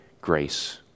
grace